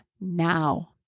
now